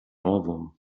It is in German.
ohrwurm